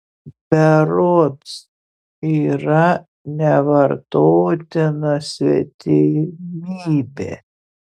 berods yra nevartotina svetimybė